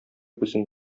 күзең